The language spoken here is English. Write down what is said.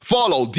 Follow